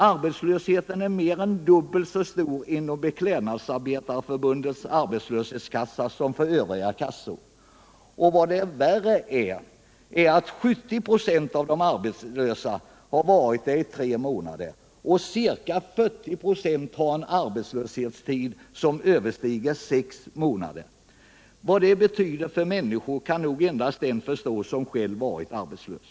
Antalet arbetslösa är nu dubbelt så stort arbetslöshetskassor. Än värre är att 70 26 av de arbetslösa har varit utan arbete i tre månader. Ca 40 96 har en arbetslöshetstid som överstiger sex månader. Vad det betyder för människorna kan nog endast den förstå som själv har varit arbetslös.